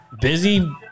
Busy